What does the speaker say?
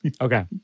Okay